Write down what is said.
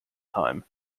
time